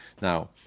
now